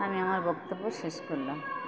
আমি আমার বক্তব্য শেষ করলাম